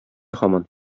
һаман